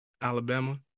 Alabama